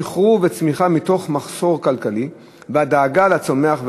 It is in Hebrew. שחרור וצמיחה מתוך מחסור כלכלי והדאגה לצומח ולארץ.